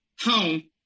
home